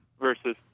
versus